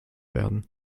werden